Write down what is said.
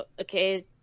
Okay